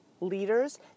leaders